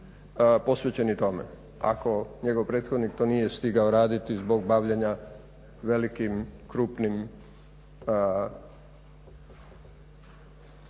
posvećen i tome, ako to njegov prethodnih nije stigao to raditi zbog bavljenja velikim, krupnim